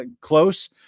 close